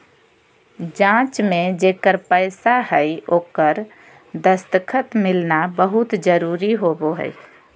जाँच में जेकर पैसा हइ ओकर दस्खत मिलना बहुत जरूरी होबो हइ